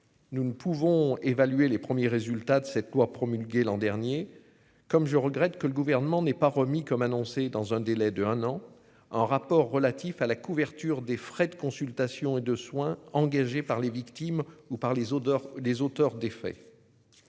Nous ne pouvons évaluer les premiers résultats de cette loi, promulguée l'an dernier comme je regrette que le gouvernement n'ait pas remis comme annoncé dans un délai de un an un rapport relatif à la couverture des frais de consultation et de soins engagés par les victimes ou par les odeurs, les auteurs